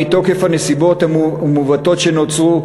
מתוקף הנסיבות המעוותות שנוצרו,